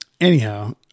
anyhow